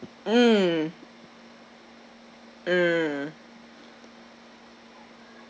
mm mm